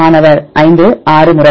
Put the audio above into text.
மாணவர் 5 6 முறை